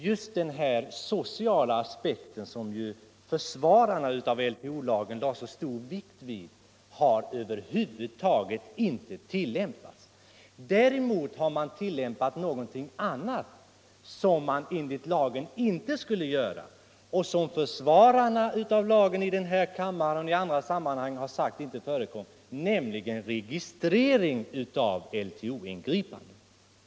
Just den sociala aspekten, som försvararna av LTO lade så stor vikt vid, har över huvud taget inte funnits med i bilden. Däremot har man tillämpat någonting annal - som man enligt lagen inte skulle tillämpa och som försvararna av lagen, i den här kammaren och i andra sammanhang, sagti inte förekommer — nämligen registrering av LTO-ingripanden.